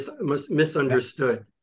misunderstood